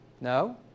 No